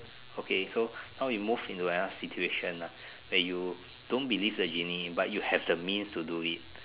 okay so now we move into another situation lah that you don't believe the genie but you have the means to do it